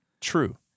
True